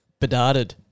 bedarded